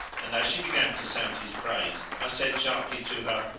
and as she began to sound his praise i said sharply to her,